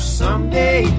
someday